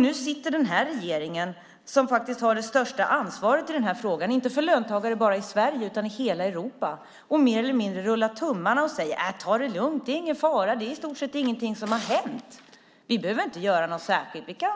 Nu sitter denna regering, som har det största ansvaret i frågan, inte endast för löntagare i Sverige utan i hela Europa, och mer eller mindre rullar tummarna och säger: Ta det lugnt. Det är ingen fara. Det är i stort sett ingenting som har hänt. Vi behöver inte göra något särskilt. Vi kan